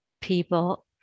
people